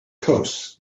kos